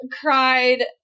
cried